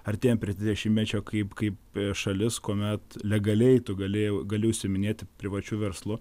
artėjam prie dvidešimtmečio kaip kaip šalis kuomet legaliai tu gali jau gali užsiiminėti privačiu verslu